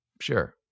sure